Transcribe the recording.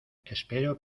espero